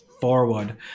forward